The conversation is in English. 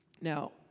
Now